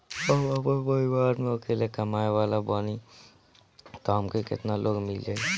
हम आपन परिवार म अकेले कमाए वाला बानीं त हमके केतना लोन मिल जाई?